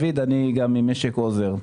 גם ממשק עוזר.